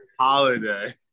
holiday